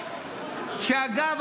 שאגב,